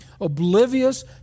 oblivious